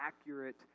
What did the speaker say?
accurate